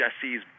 Jesse's